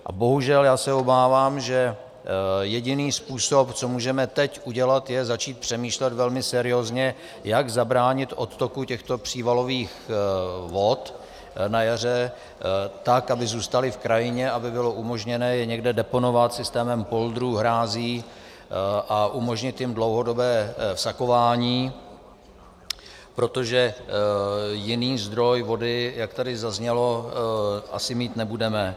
A bohužel se obávám, že jediný způsob, co můžeme teď udělat, je začít přemýšlet velmi seriózně, jak zabránit odtoku těchto přívalových vod na jaře, tak aby zůstaly v krajině, aby bylo umožněné je někde deponovat systémem poldrů, hrází a umožnit jim dlouhodobé vsakování, protože jiný zdroj vody, jak tady zaznělo, asi mít nebudeme.